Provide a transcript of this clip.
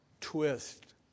twist